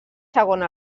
segons